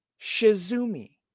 Shizumi